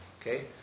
okay